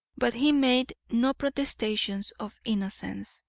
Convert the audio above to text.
but he made no protestations of innocence,